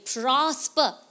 prosper